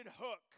hook